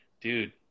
dude